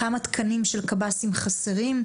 כמה תקנים של קב"סים חסרים,